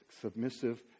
submissive